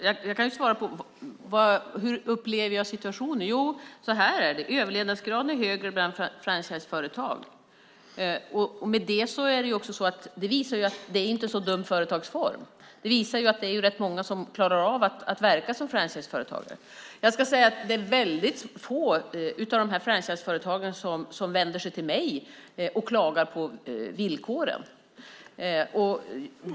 Herr talman! Hur upplever jag situationen? Överlevnadsgraden är högre bland franchiseföretag. Det visar att det är en inte så dum företagsform. Det är rätt många som klarar att verka som franchiseföretagare. Det är få av franchiseföretagen som vänder sig till mig och klagar på villkoren.